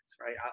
right